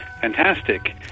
fantastic